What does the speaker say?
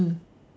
mm mm